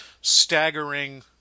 staggering